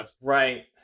right